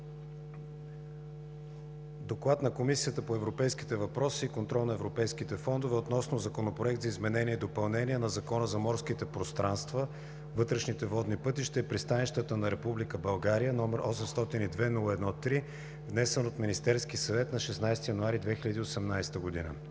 „ДОКЛАД на Комисията по европейските въпроси и контрол на европейските фондове относно Законопроект за изменение и допълнение на Закона за морските пространства, вътрешните водни пътища и пристанищата на Република България, № 802-01-3, внесен от Министерски съвет на 16 януари 2018 г.